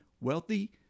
wealthy